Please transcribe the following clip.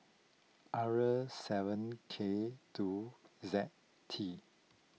R seven K two Z T